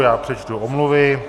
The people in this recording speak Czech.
Já přečtu omluvy.